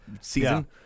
season